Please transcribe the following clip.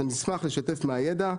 אז אני אשמח לשתף מהידע,